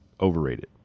Overrated